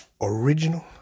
original